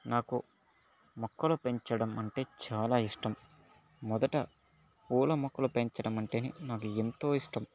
నాకు మొక్కలు పెంచడం అంటే చాలా ఇష్టం మొదట పూల మొక్కలు పెంచటం అంటే నాకు ఎంతో ఇష్టం